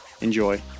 Enjoy